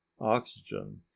oxygen